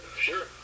Sure